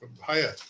higher